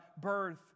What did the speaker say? birth